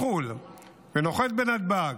מחו"ל ונוחת בנתב"ג,